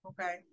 Okay